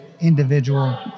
individual